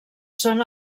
són